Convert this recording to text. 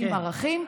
עם ערכים.